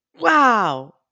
wow